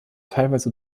teilweise